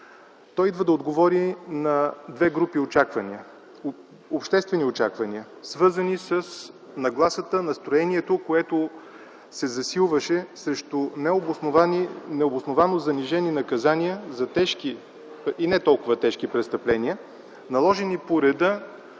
Той идва да отговори на две групи обществени очаквания, свързани с нагласата, настроението, което се засилваше, срещу необосновано занижени наказания за тежки и не толкова тежки престъпления, наложени по реда